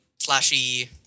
flashy